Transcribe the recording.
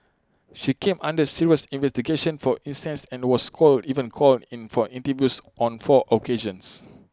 she came under serious investigation for incest and was called even called in for interviews on four occasions